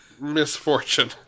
misfortune